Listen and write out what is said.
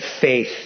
faith